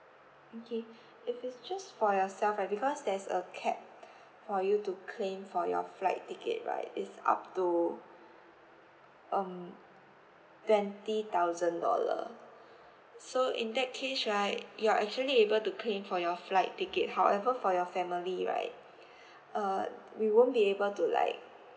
okay if it's just for yourself right because there's a cap for you to claim for your flight ticket right is up to um twenty thousand dollar so in that case right you're actually able to claim for your flight ticket however for your family right uh we won't be able to like